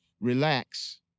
relax